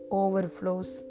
overflows